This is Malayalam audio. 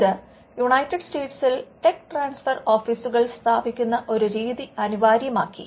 ഇത് യുണൈറ്റഡ് സ്റ്റേസിൽ ടെക് ട്രാൻസ്ഫർ ഓഫീസുകൾ സ്ഥാപിക്കുന്ന ഒരു രീതി അനിവാര്യമാക്കി